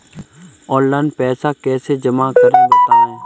Online पैसा कैसे जमा करें बताएँ?